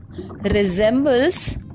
resembles